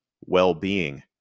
well-being